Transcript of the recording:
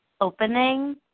opening